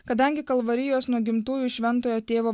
kadangi kalvarijos nuo gimtųjų šventojo tėvo